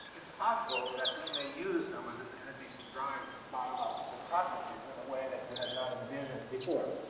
it's possible that we may use some of this energy to drive biological processes in a way that you had not envisioned before.